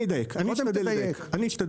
אני אשתדל לדייק.